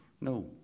no